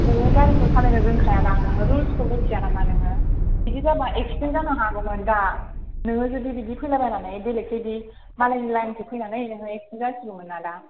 नोङो गारिखौ सालायनो रोंखाया दं नोङो रुल्सखौ मिन्थिया नामा नोङो बिदि जाबा एक्सिडेन्ट जानो हागौमोन दा नोङो जुदि बिदि फैलाबायनानै बेलेगबायदि मालायनि लाइनखौ फैनानै नोङो एक्सिडेन्ट जासिगौमोन ना दा